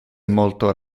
molto